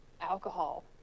alcohol